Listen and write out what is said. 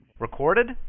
Recorded